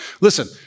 Listen